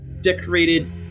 decorated